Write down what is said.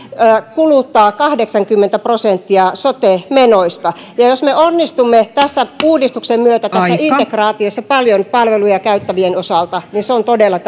kuluttaa kahdeksankymmentä prosenttia sote menoista jos me onnistumme uudistuksen myötä tässä integraatiossa paljon palveluja käyttävien osalta niin se on todella